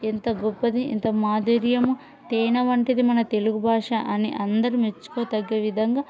ఎంత గొప్పది ఎంత మాధుర్యము తేన వంటిది మన తెలుగు భాష అని అందరూ మెచ్చుకో తగ్గ విధంగా